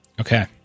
Okay